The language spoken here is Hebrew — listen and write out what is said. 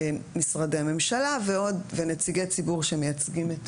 משרדי ממשלה ונציגי ציבור שמייצגים את